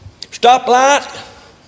stoplight